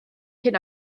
cyn